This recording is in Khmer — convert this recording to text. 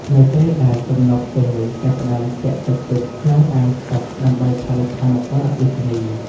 នៅពេលដែលទំនប់ទាំងនោះចាប់ផ្តើមស្ទាក់ទឹកទុកក្នុងអាងស្តុកដើម្បីផលិតថាមពលអគ្គិសនី។